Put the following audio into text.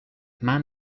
man